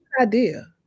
idea